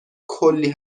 کلی